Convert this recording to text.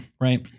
right